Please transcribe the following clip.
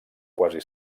quasi